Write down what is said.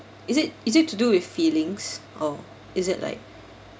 is it is it to do with feelings or is it like